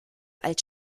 als